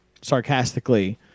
sarcastically